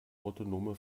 autonome